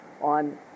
on